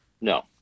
no